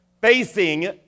facing